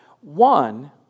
One